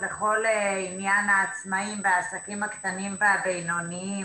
לכל עניין העצמאים והעסקים הקטנים והבינוניים,